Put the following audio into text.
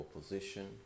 position